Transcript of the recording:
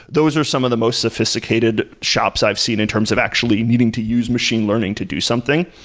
those are some of the most sophisticated shops i've seen in terms of actually needing to use machine learning to do something.